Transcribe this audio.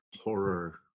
horror